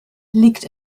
liegt